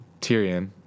Tyrion